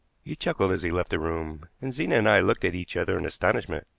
he chuckled as he left the room, and zena and i looked at each other in astonishment.